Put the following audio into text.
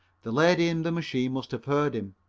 the lady in the machine must have heard him,